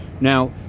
Now